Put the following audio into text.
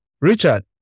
Richard